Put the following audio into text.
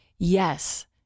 Yes